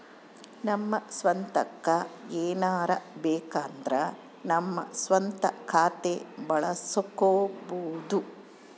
ನಮ್ಮ ಸ್ವಂತಕ್ಕ ಏನಾರಬೇಕಂದ್ರ ನಮ್ಮ ಸ್ವಂತ ಖಾತೆ ಬಳಸ್ಕೋಬೊದು